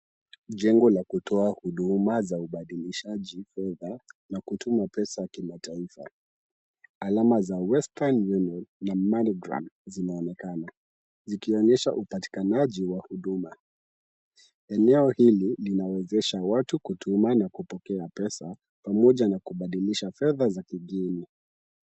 Jengo la kutoa huduma za ubadilishaji fedha na kutuma pesa kimataifa. Alama za western union na money gram zinaonekana. Zikionyesha upatikanaji wa huduma. Eneo hili linawezesha watu kutuma na kupokea pesa pamoja na kubadilisha fedha za kigeni.